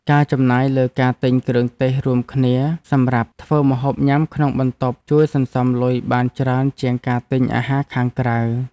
ការចំណាយលើការទិញគ្រឿងទេសរួមគ្នាសម្រាប់ធ្វើម្ហូបញ៉ាំក្នុងបន្ទប់ជួយសន្សំលុយបានច្រើនជាងការទិញអាហារខាងក្រៅ។